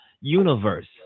universe